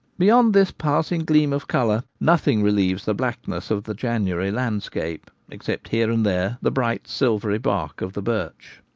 beyond this passing gleam of colour, nothing relieves the black ness of the january landscape, except here and there the bright silvery bark of the birch.